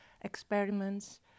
experiments